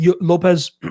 Lopez